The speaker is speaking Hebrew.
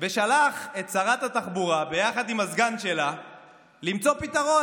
ושלח את שרת התחבורה ביחד עם הסגן שלה למצוא פתרון.